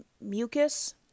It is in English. mucus